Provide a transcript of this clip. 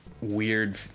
weird